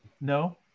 No